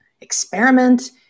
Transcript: experiment